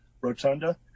rotunda